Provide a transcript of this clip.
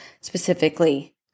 specifically